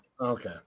Okay